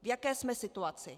V jaké jsme situaci?